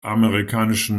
amerikanischen